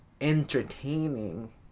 entertaining